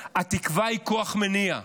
התקווה היא כוח מניע,